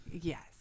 Yes